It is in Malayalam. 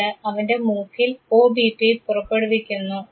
ഇത് അവൻറെ മൂക്കിൽ ഒബിപി പുറപ്പെടുവിക്കുന്നു